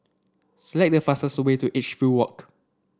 select the fastest way to Edgefield Walk